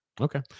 Okay